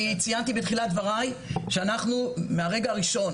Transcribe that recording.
אני ציינתי בתחילת דבריי שמהרגע הראשון